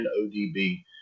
ODB